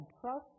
trust